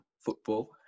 football